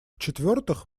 четвертых